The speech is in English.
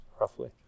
roughly